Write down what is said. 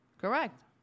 Correct